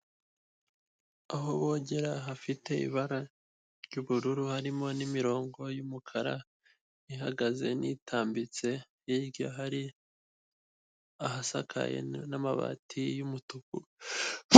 Aho bogera hafite ibara ry'ubururu harimo n'imirongo y'umukara, ihagaze n'itambitse, imbere ye hari ahasakaye n'amabati y'umutuku.